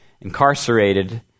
incarcerated